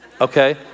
Okay